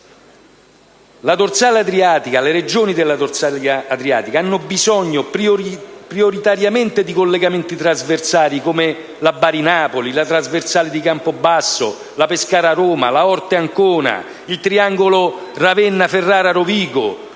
Le Regioni della dorsale adriatica hanno bisogno prioritariamente di collegamenti trasversali, come la Bari-Napoli, la trasversale di Campobasso, la Pescara-Roma, la Orte-Ancona, il triangolo Ravenna-Ferrara-Rovigo: